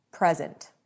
present